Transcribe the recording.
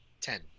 Ten